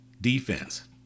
defense